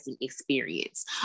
experience